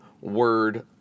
word